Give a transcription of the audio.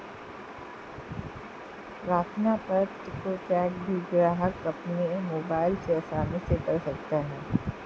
प्रार्थना पत्र को ट्रैक भी ग्राहक अपने मोबाइल से आसानी से कर सकता है